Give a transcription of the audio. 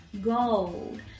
gold